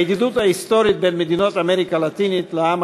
הידידות ההיסטורית בין מדינות אמריקה הלטינית לעם